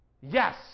Yes